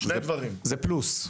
זה פלוס.